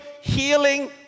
healing